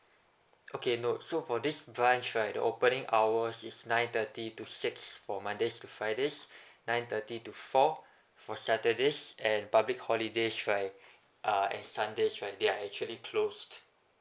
okay no so for this branch right the opening hours is nine thirty to six for mondays to fridays nine thirty to four for saturdays and public holidays right uh and sundays right they are actually closed